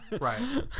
right